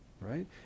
Right